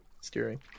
steering